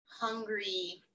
hungry